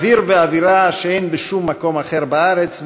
אוויר ואווירה שאין בשום מקום אחר בארץ,